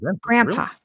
grandpa